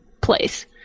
place